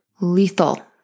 Lethal